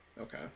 okay